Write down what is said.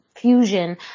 fusion